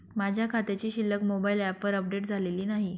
माझ्या खात्याची शिल्लक मोबाइल ॲपवर अपडेट झालेली नाही